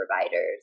providers